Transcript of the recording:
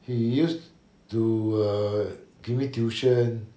he used to uh give me tuition or